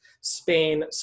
Spain